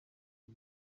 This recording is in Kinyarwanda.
ayo